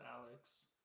Alex